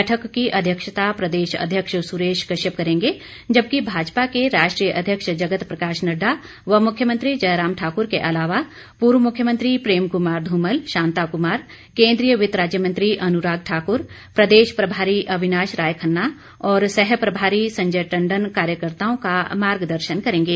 बैठक की अध्यक्षता प्रदेशाध्यक्ष सुरेश कश्यप करेंगे जबकि भाजपा के राष्ट्रीय अध्यक्ष जगत प्रकाश नड़डा व मुख्यमंत्री जयराम ठाक्र के अलावा पूर्व मुख्यमंत्री प्रेम क्मार ध्रमल शांता क्मार केन्द्रीय वित्त राज्य मंत्री अनुराग ठाकुर प्रदेश प्रभारी अविनाश राय खन्ना और सह प्रभारी संजय टंडन कार्यकर्ताओं का मार्गदर्शन करेंगे